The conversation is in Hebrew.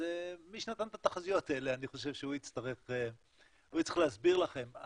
מי שנתן את התחזיות האלה אני חושב שהוא יצטרך להסביר לכם.